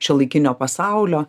šiuolaikinio pasaulio